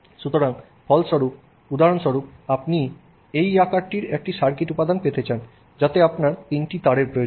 সুতরাং উদাহরণস্বরূপ আপনি এই আকারটির একটি সার্কিট উপাদান পেতে চান যাতে আপনার তিনটি তারের প্রয়োজন